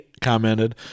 commented